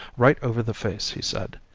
right over the face, he said,